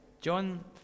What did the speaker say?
John